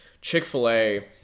chick-fil-a